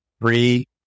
three